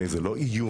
זה לא איום,